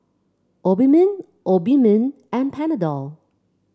Obimin Obimin and Panadol